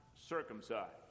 circumcised